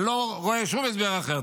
אני לא רואה שום הסבר אחר.